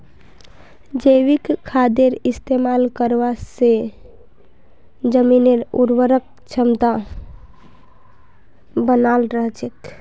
जैविक खादेर इस्तमाल करवा से जमीनेर उर्वरक क्षमता बनाल रह छेक